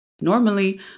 Normally